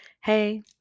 hey